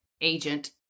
agent